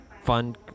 fun